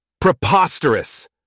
Preposterous